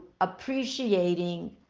appreciating